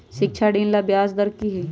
शिक्षा ऋण ला ब्याज दर कि हई?